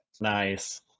Nice